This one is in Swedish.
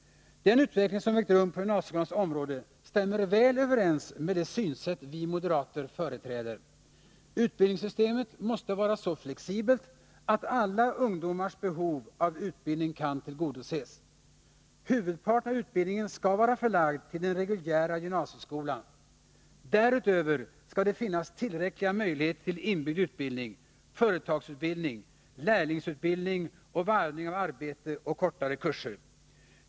Den utveckling som ägt rum på gymnasieskolans område stämmer väl överens med det synsätt vi moderater företräder. Utbildningssystemet måste vara så flexibelt att alla ungdomars behov av utbildning kan tillgodoses. Huvudparten av utbildningen skall vara förlagd till den reguljära gymnasieskolan. Därutöver skall det finnas tillräckliga möjligheter till inbyggd utbildning, företagsutbildning, lärlingsutbildning och varvning av arbete och - kortare kurser.